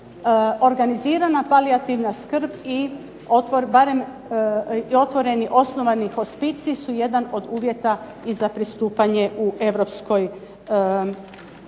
organizirana palijativna skrb i otvoreni osnovani hospicij su jedan od uvjeta i za pristupanje u EU.